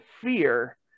fear